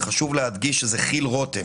וחשוב להדגיש שזה כי"ל רותם